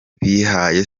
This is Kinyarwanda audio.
bibaye